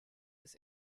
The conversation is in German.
des